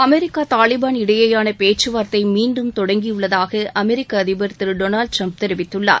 America Taliban இடையேயான பேச்சுவார்த்தை மீண்டும் தொடங்கியுள்ளதாக அமெரிக்க அதிபர் திரு டொனால்ட் ட்ரம்ப் தெரிவித்துள்ளார்